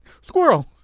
Squirrel